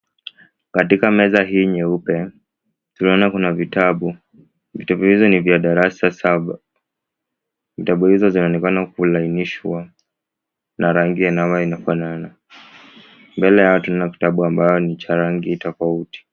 Katika meza hii nyeupe, tunaona kuna vitabu. Vitabu hizi ni vya darasa saba. Vitabu hizo zinaonekana kulainishwa na rangi ambayo inafanana. Mbele yao kuna kitabu ambayo ni cha rangi tofauti.